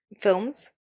films